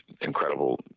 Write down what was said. incredible